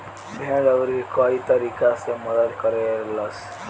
भेड़ अउरी कई तरीका से मदद करे लीसन